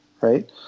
right